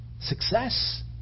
Success